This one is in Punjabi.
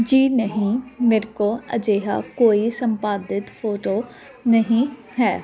ਜੀ ਨਹੀਂ ਮੇਰੇ ਕੋਲ ਅਜਿਹਾ ਕੋਈ ਸੰਪਾਦਿਤ ਫੋਟੋ ਨਹੀਂ ਹੈ